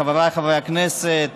חבריי חברי הכנסת,